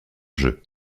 jeu